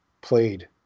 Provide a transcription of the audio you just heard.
played